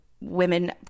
Women